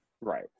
right